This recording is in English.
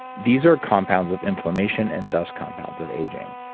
these are compounds of inflammation and thus compounds of aging.